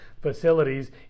facilities